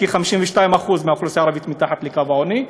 כי 52% מהאוכלוסייה הערבית מתחת לקו העוני,